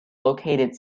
located